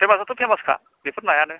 फेमासाथ' फेमासखा बिफोर नायानो